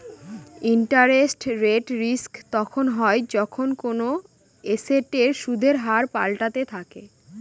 interest rate risk তখন হয় যখন কোনো এসেটের সুদের হার পাল্টাতে থাকে